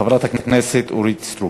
חברת הכנסת אורית סטרוק.